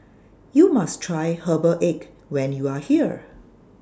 YOU must Try Herbal Egg when YOU Are here